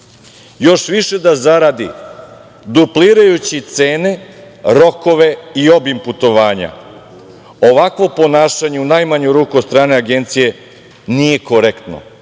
još više da zaradi duplirajući cene, rokove i obim putovanja. Ovakvo ponašanje u najmanju ruku od strane agencije nije korektno.